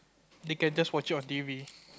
they can just watch it on T_V